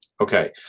Okay